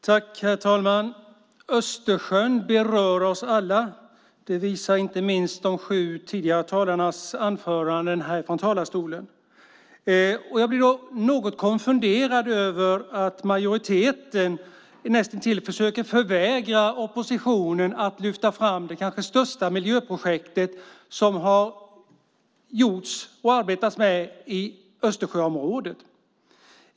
Herr talman! Östersjön berör oss alla. Det visar inte minst de sju tidigare talarnas anföranden härifrån talarstolen. Jag blir något konfunderad över att majoriteten näst intill försöker förvägra oppositionen att lyfta fram det kanske största miljöprojektet som har gjorts och arbetats med i Östersjöområdet.